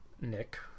Nick